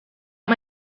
not